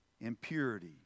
impurity